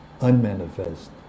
unmanifest